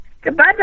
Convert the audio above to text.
Goodbye